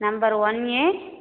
number one a